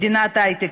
מדינת היי-טק,